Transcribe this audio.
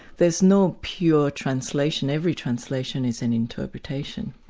there's no pure translation, every translation is an interpretation.